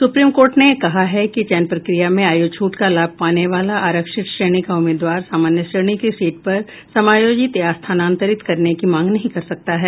supreme Court ने कहा है कि चयन प्रक्रिया में आयु छूट का लाभ पाने वाला आरक्षित श्रेणी का उम्मीदवार सामान्य श्रेणी की सीट पर समायोजित या स्थानांतरित करने की मांग नहीं कर सकता है